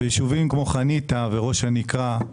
יישובים כמו חניתה וראש הנקרה,